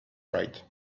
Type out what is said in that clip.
right